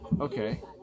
Okay